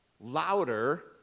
louder